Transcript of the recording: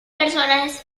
personajes